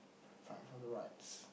Fight for the rights